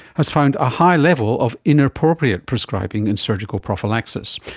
has found a high level of inappropriate prescribing in surgical prophylaxis.